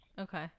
Okay